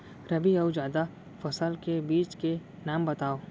रबि अऊ जादा फसल के बीज के नाम बताव?